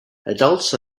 adults